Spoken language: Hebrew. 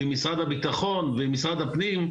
עם משרד הביטחון ועם משרד הפנים,